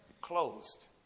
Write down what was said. closed